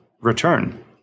return